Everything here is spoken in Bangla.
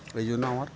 এই জন্য আমার